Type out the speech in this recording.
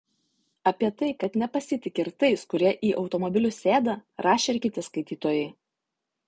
apie tai kad nepasitiki ir tais kurie į automobilius sėda rašė ir kiti skaitytojai